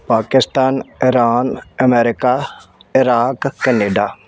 Pakistan Iran America Iraq Canada